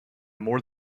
more